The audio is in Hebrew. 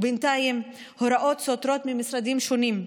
ובינתיים, הוראות סותרות ממשרדים שונים,